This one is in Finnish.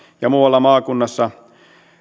ja muualla maakunnassa